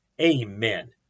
amen